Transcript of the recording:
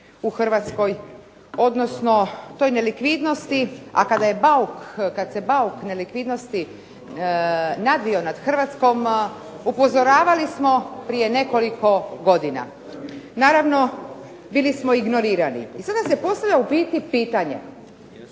u Hrvatskoj, odnosno toj nelikvidnosti, a kada je bauk, kad se bauk nelikvidnosti nadvio nad Hrvatskom upozoravali smo prije nekoliko godina. Naravno bili smo ignorirani. I sada se postavlja u biti pitanje,